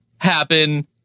happen